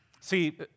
See